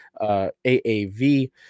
AAV